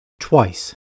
twice